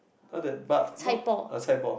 not that but not ah chai-poh